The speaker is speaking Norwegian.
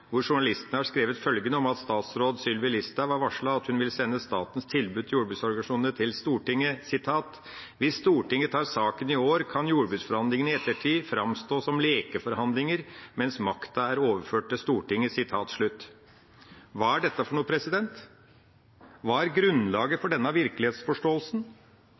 hvor journalisten har skrevet følgende om at statsråd Sylvi Listhaug har varslet at hun vil sende statens tilbud til jordbruksorganisasjonene til Stortinget. Jeg siterer: «Hvis Stortinget tar saken i år, kan jordbruksforhandlingene i ettertid framstå som «lekeforhandlinger», mens makta er overført til Stortinget.» Hva er dette for noe? Hva er grunnlaget for denne virkelighetsforståelsen?